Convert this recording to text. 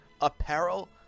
apparel